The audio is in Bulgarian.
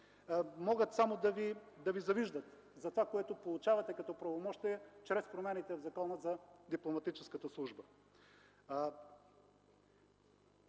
могат само да Ви завиждат за това, което получавате като правомощие чрез промените в Закона за дипломатическата служба.